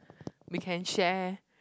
we can share